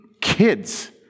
kids